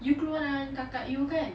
you keluar dengan kakak you kan